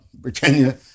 Virginia